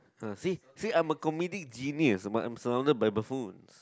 see see I am a comedy genius but I'm surrounded by buffoons